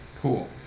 cool